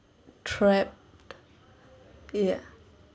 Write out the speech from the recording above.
trapped ya